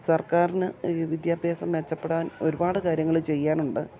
സർക്കാറിന് വിദ്യാഭ്യാസം മെച്ചപ്പെടുത്താൻ ഒരുപാട് കാര്യങ്ങൾ ചെയ്യാനുണ്ട്